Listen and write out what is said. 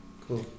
cool